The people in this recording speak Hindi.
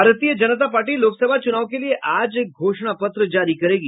भारतीय जनता पार्टी लोकसभा चूनाव के लिए आज घोषणा पत्र जारी करेगी